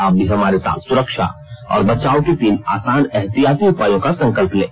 आप भी हमारे साथ सुरक्षा और बचाव के तीन आसान एहतियाती उपायों का संकल्प लें